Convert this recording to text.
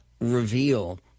reveal